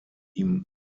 ihm